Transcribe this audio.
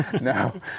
No